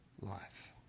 life